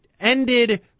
ended